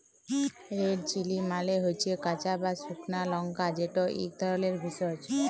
red chilli মালে হচ্যে কাঁচা বা সুকনা লংকা যেট ইক ধরলের ভেষজ